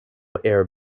air